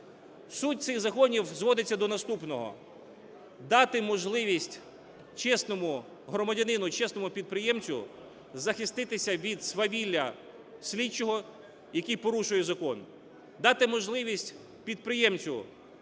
Суть цих законів зводиться до наступного: дати можливість чесному громадянину і чесному підприємцю захиститися від свавілля слідчого, який порушує закон, дати можливість підприємцю